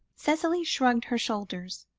cicely shrugged her shoulders